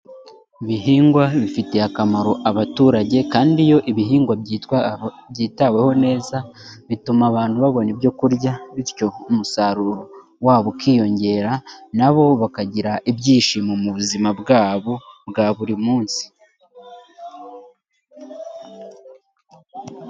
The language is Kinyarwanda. Ibihingwa bifitiye akamaro abaturage, kandi iyo ibihingwa byitaweho neza, bituma abantu babona ibyokurya, bityo umusaruro wabo ukiyongera, nabo bakagira ibyishimo mu buzima bwabo bwa buri munsi.